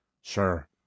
sure